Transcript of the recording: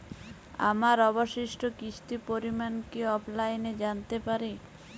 আমার অবশিষ্ট কিস্তির পরিমাণ কি অফলাইনে জানতে পারি?